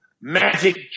Magic